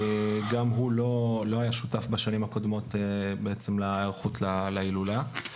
גם הוא לא היה שותף בשנים הקודמות להיערכות להילולה.